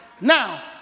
Now